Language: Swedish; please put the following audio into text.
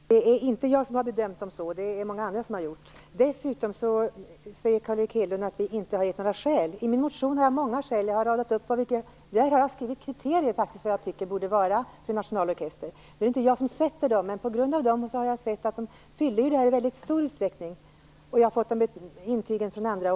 Fru talman! Det är inte jag som har bedömt dem så, utan det är många andra. Dessutom säger Carl Erik Hedlund att vi inte har gett några skäl. I min motion har jag radat upp många skäl och även angivit kriterier som jag tycker en nationalorkester bör uppfylla. Nu är det inte jag som sätter dem, men jag har ju sett att Göteborgssymfonikerna uppfyller dem i väldigt stor utsträckning och har också fått det intygat av andra.